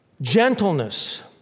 Gentleness